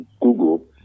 Google